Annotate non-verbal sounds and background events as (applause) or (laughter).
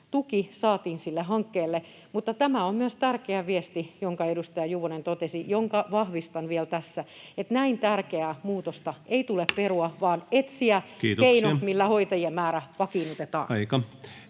tuki saatiin sille hankkeelle. Tämä on myös tärkeä viesti, jonka edustaja Juvonen totesi ja jonka vahvistan vielä tässä, että näin tärkeää muutosta ei tule perua, (noise) vaan tulee etsiä keinot,